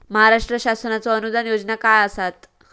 महाराष्ट्र शासनाचो अनुदान योजना काय आसत?